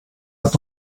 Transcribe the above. hat